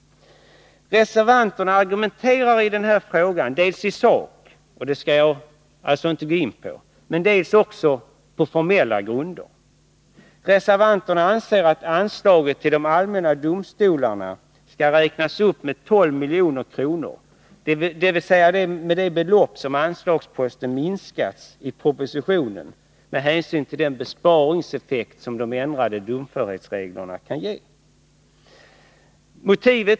Reservanterna argumenterar i den här frågan dels i sak — det skall jag alltså inte gå in på — dels på formella grunder. Reservanterna anser att anslaget till de allmänna domstolarna skall räknas upp med 12 milj.kr., dvs. med det belopp anslagsposten minskas i propositionen med hänsyn till den besparingseffekt som de ändrade domförhetsreglerna kan ge.